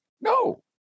no